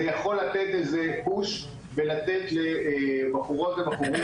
זה יכול לתת איזה "פוש" בלתת לבחורות ובחורים